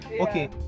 Okay